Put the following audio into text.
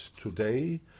today